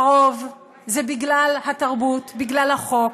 הרוב, זה בגלל התרבות, בגלל החוק,